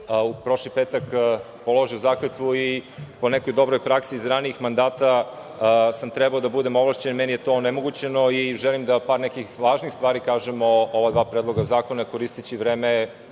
U prošli petak sam položio zakletvu i po nekoj dobroj praksi iz ranijih mandata sam trebao da budem ovlašćen, meni je to onemogućeno i želim da par nekih važnih stvari kažemo, ova dva Predloga zakona koristeći vreme